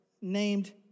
named